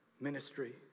Ministry